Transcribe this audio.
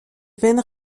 veines